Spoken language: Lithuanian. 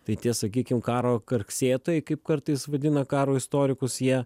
tai tie sakykim karo karksėtojai kaip kartais vadina karo istorikus jie